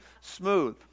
smooth